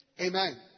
Amen